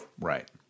Right